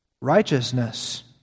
Righteousness